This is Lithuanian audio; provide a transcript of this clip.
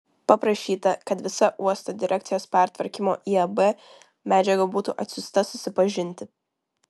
paprašyta kad visa uosto direkcijos pertvarkymo į ab medžiaga būtų atsiųsta susipažinti